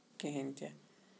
کِہینۍ تہِ